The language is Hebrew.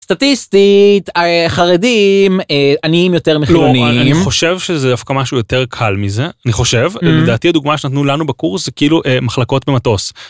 סטטיסטית חרדים עניים יותר מחילונים חושב שזה דווקא משהו יותר קל מזה אני חושב לדעתי דוגמה שנתנו לנו בקורס כאילו מחלקות במטוס.